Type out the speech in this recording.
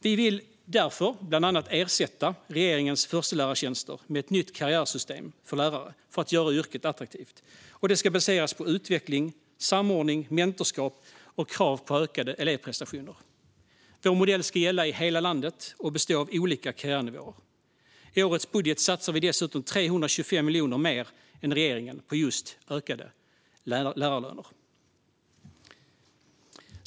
Vi vill därför bland annat ersätta regeringens förstelärartjänster med ett nytt karriärsystem för lärare för att göra yrket attraktivt. Detta ska baseras på utveckling, samordning, mentorskap och krav på ökade elevprestationer. Vår modell ska gälla i hela landet och bestå av olika karriärnivåer. I årets budget satsar vi dessutom 325 miljoner mer än regeringen på just ökade lärarlöner.